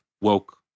woke